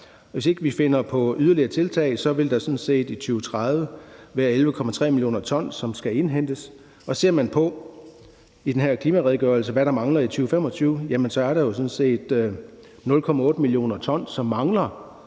hvis ikke vi finder på yderligere tiltag, vil der sådan set i 2030 være 11,3 mio. t, som skal indhentes. Og ser man på i den her klimaredegørelse, hvad der mangler i 2025, er der jo sådan set 0,8 mio. t, som man